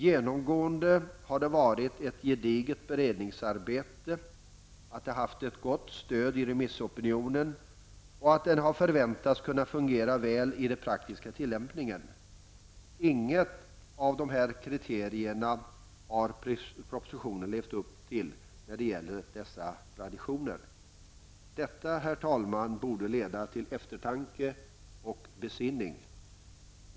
Genomgående har det varit ett gediget beredningsarbete, det har haft gott stöd i remissopinionen och det har förväntats kunna fungera väl i den praktiska tillämpningen. Propositionen har inte levt upp till traditionerna när det gäller något av dessa kriterier. Detta, herr talman, borde leda till eftertanke och besinning.